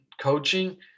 coaching